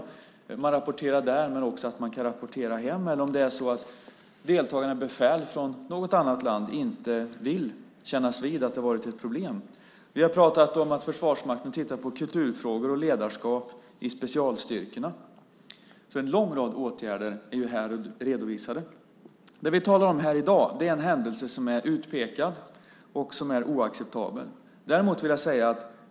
Man kan rapportera där eller man kan också rapportera hem om deltagande befäl från ett annat land inte vill kännas vid att det har varit ett problem. Vi har pratat om att Försvarsmakten tittar på kulturfrågor och ledarskap i specialstyrkorna. Det är fråga om en lång rad redovisade åtgärder. Det vi talar om i dag är en utpekad händelse som är oacceptabel.